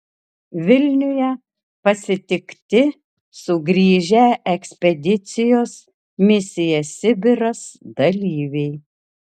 vilniuje pasitikti sugrįžę ekspedicijos misija sibiras dalyviai